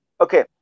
okay